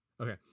Okay